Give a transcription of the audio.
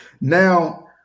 Now